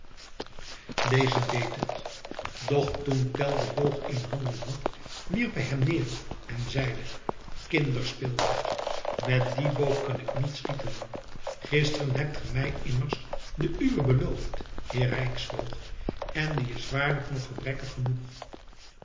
deze deed het doch toen tell den boog in handen had wierp hij hem neer en zeide kinderspeelgoed met dien boog kan ik niet schieten gisteren hebt ge mij immers den uwen beloofd heer rijksvoogd en die is waarlijk nog gebrekkig genoeg